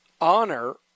honor